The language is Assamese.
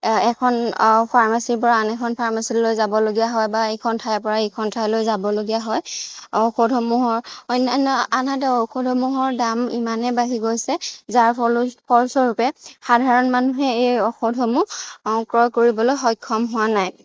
এখন ফাৰ্মাচিৰ পৰা আনিব আন এখন ফাৰ্মাচিলৈ যাবলগীয়া হয় বা এখন ঠাইৰ পৰা ইখন ঠাইলৈ যাবলগীয়া হয় ঔষধসমূহৰ আনহাতে ঔষধসমূহৰ দাম ইমানে বাঢ়ি গৈছে যাৰ ফলস্বৰূপে সাধাৰণ মানুহে এই ঔষধসমূহ ক্ৰয় কৰিবলৈ সক্ষম হোৱা নাই